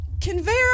conveyor